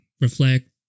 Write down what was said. reflect